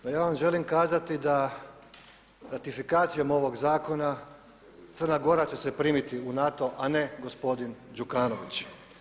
No, ja vam želim kazati da ratifikacijom ovog zakona Crna Gora će se primiti u NATO a ne gospodin Đukanović.